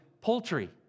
poultry